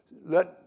let